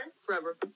Forever